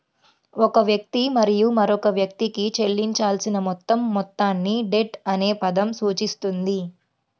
ఒక వ్యక్తి మరియు మరొక వ్యక్తికి చెల్లించాల్సిన మొత్తం మొత్తాన్ని డెట్ అనే పదం సూచిస్తుంది